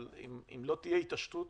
אבל אם לא תהיה התעשתות